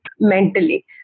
mentally